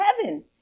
heaven